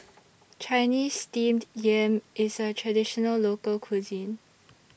Chinese Steamed Yam IS A Traditional Local Cuisine